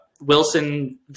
Wilson